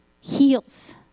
heals